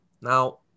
now